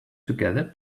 together